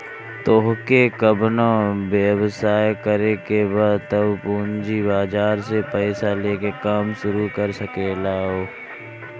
तोहके कवनो व्यवसाय करे के बा तअ पूंजी बाजार से पईसा लेके काम शुरू कर सकेलअ